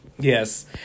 Yes